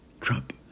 Trump